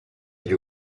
gli